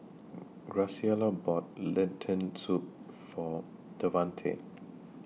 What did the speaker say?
Graciela bought Lentil Soup For Davante